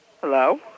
Hello